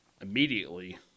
immediately